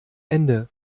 ende